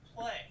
play